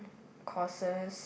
courses